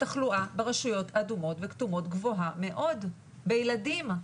התחלואה ברשויות האדומות והכתומות גבוהה מאוד בילדים.